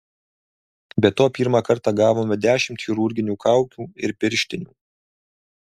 be to pirmą kartą gavome dešimt chirurginių kaukių ir pirštinių